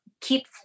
keep